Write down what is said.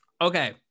Okay